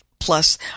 plus